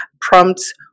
prompts